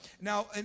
Now